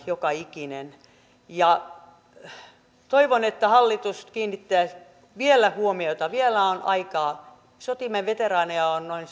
joka ikinen saisivat tarpeelliset palveluksensa toivon että hallitus kiinnittää tähän vielä huomiota vielä on aikaa sotiemme veteraaneja on noin